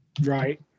Right